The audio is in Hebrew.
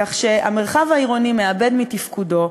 כך שהמרחב העירוני מאבד מתפקודו,